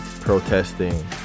protesting